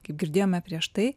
kaip girdėjome prieš tai